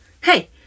Hey